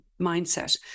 mindset